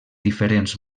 diferents